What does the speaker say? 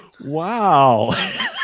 Wow